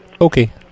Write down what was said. Okay